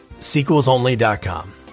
sequelsonly.com